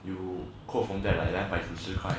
you 扣 from there like 两百九十块